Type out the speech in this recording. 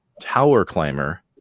tower-climber